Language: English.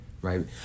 right